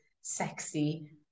sexy